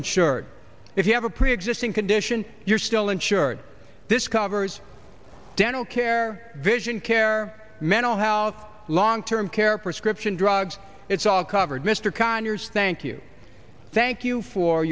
short if you have a preexisting condition you're still insured this covers dental care vision care mental health long term care prescription drugs it's all covered mr conyers thank you thank you for